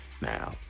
now